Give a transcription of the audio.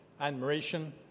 admiration